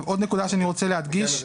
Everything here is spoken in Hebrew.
עוד נקודה שאני רוצה להדגיש: